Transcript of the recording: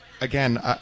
Again